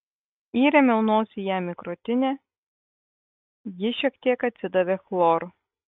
įrėmiau nosį jam į krūtinę ji šiek tiek atsidavė chloru